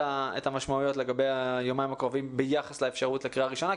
המשמעויות לגבי היומיים הקרובים ביחס לאפשרות לקריאה ראשונה,